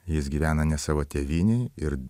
jis gyvena ne savo tėvynėj ir